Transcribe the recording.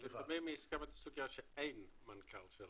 אבל לפעמים יש גם את הסוגיה שאין מנכ"ל של